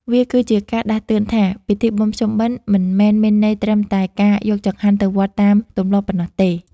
វាគឺជាការដាស់តឿនថា ពិធីបុណ្យភ្ជុំបិណ្ឌមិនមែនមានន័យត្រឹមតែការយកចង្ហាន់ទៅវត្តតាមទម្លាប់ប៉ុណ្ណោះទេ។